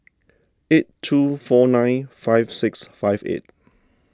eight two four nine five six five eight